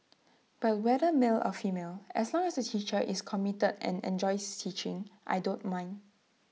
but whether male or female as long as the teacher is committed and enjoys teaching I don't mind